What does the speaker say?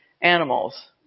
animals